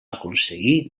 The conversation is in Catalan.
aconseguir